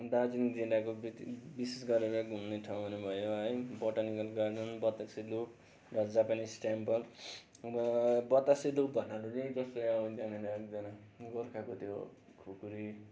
दार्जिलिङ जिल्लाको विशेष गरेर घुम्ने ठाउँहरू भयो है बोटानिकल गार्डन बतासे लुप र जापानिस टेम्पल अब बतासे लुप भन्नाले चाहिँ त्यहाँनिर एकजना गोर्खाको त्यो खुकुरी